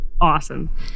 awesome